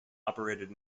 operated